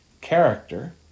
Character